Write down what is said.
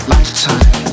Lifetime